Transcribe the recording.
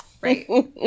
right